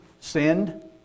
sinned